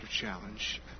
challenge